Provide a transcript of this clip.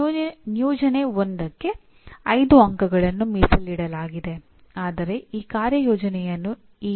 ಆದರೆ ಈ ಕಾರ್ಯಯೋಜನೆಯನ್ನು ಈ ಯಾವುದೇ ಪಠ್ಯಕ್ರಮದ ಪರಿಣಾಮಗಳಲ್ಲಿ ನೀಡಬಹುದು